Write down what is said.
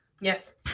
Yes